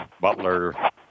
Butler